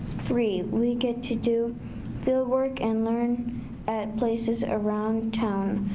three, we get to do field work and learn at places around town.